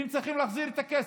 והם צריכים להחזיר את הכסף,